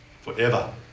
forever